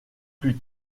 plus